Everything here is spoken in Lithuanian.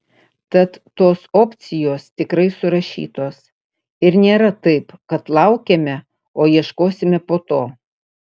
tad tos opcijos tikrai surašytos ir nėra taip kad laukiame o ieškosime po to